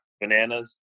Bananas